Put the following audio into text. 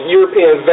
European